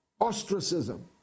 ostracism